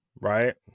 right